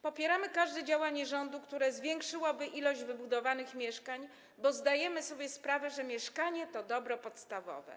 Popieramy każde działanie rządu, które mogłoby zwiększyć ilość wybudowanych mieszkań, bo zdajemy sobie sprawę, że mieszkanie to dobro podstawowe.